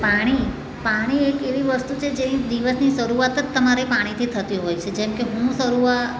પાણી પાણી એક એવી વસ્તુ છે જેની દિવસની શરૂઆત જ તમારે પાણીથી થતી હોય છે જેમકે હું શરૂઆ